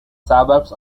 suburbs